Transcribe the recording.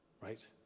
right